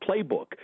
Playbook